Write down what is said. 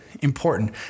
important